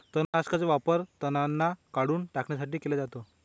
तणनाशकाचा वापर घातक तणांना काढून टाकण्यासाठी केला जातो